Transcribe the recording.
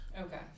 okay